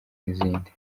n’izindi